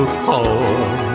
call